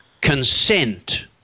consent